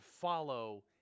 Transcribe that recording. follow